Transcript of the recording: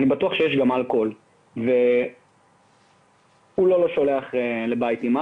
יש גם אלכוהול והאבא לא שלא שולח לחברים שיש אצל